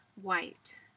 white